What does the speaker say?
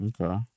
Okay